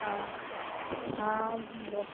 हँ हँ बऽ